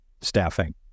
staffing